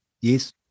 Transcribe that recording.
Yes